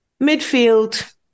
Midfield